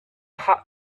had